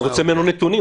אני רוצה ממנו נתונים.